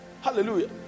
Hallelujah